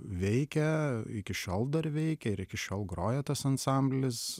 veikia iki šiol dar veikia ir iki šiol groja tas ansamblis